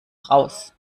raus